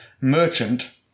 merchant